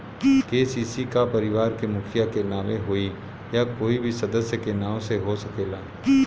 KCC का परिवार के मुखिया के नावे होई या कोई भी सदस्य के नाव से हो सकेला?